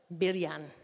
biryan